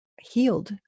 healed